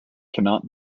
cannot